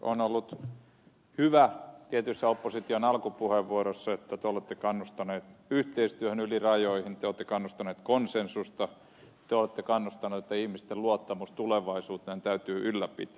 on ollut hyvä tietyissä opposition alkupuheenvuoroissa että te olette kannustaneet yhteistyöhön yli rajojen te olette kannustaneet konsensusta te olette kannustaneet että ihmisten luottamusta tulevaisuuteen täytyy ylläpitää